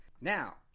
Now